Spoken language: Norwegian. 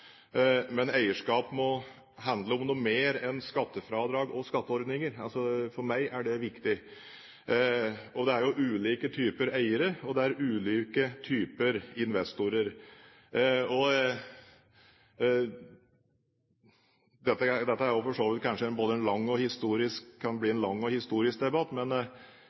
men eierskap må handle om noe mer enn skattefradrag og skatteordninger. For meg er det viktig. Det er ulike typer eiere, og det er ulike typer investorer. Dette kan kanskje bli en lang og historisk debatt, men